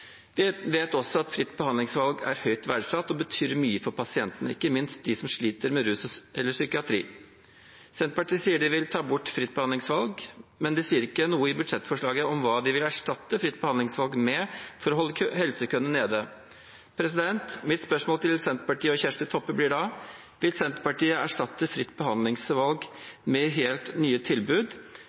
Vi vet også at fritt behandlingsvalg er høyt verdsatt og betyr mye for pasientene, ikke minst dem som sliter med rus eller psykisk sykdom. Senterpartiet sier at de vil ta bort fritt behandlingsvalg, men de sier ikke noe i budsjettforslaget om hva de vil erstatte det med for å holde helsekøene nede. Mitt spørsmål til Senterpartiet og Kjersti Toppe blir da: Vil Senterpartiet erstatte fritt behandlingsvalg med helt nye tilbud,